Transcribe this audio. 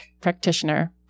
practitioner